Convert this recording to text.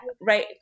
right